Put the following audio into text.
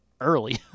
early